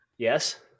Yes